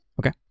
okay